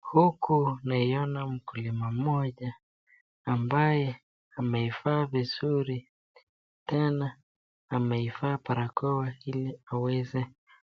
Huku naiona mkulima mmoja ambaye amevaa vizuri tena ameivaa barakoa ili aweze